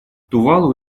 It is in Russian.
тувалу